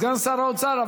סגן שר האוצר,